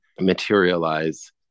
materialize